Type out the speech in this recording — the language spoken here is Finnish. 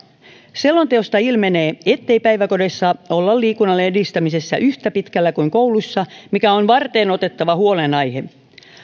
selonteosta ilmenee ettei päiväkodeissa olla liikunnan edistämisessä yhtä pitkällä kuin kouluissa mikä on varteenotettava huolenaihe